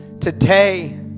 today